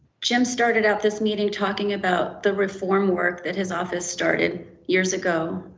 jim started out this meeting, talking about the reform work that his office started years ago,